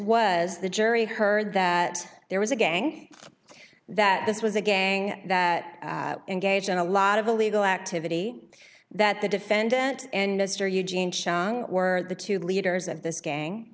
was the jury heard that there was a gang that this was a gang that engaged in a lot of illegal activity that the defendant and mr eugene hsiang were the two leaders of this gang